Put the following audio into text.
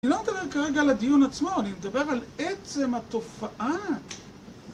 אני לא מדבר כרגע על הדיון עצמו, אני מדבר על עצם התופעה.